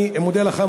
אני מודה לך,